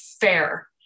fair